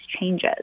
changes